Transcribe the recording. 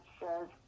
says